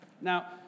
Now